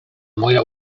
moja